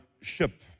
ship